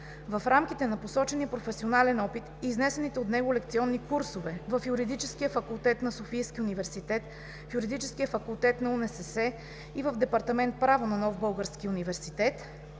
В рамките на посочения професионален опит и изнесените от него лекционни курсове в Юридическия факултет на Софийския университет, в Юридическия факултет на УНСС, в Департамент „Право“ на Нов български университет